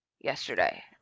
yesterday